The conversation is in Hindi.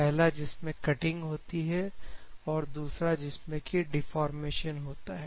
पहला जिसमें कटिंग होती है और दूसरा जिसमें कि डिफॉर्मेशन होता है